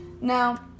Now